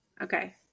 Okay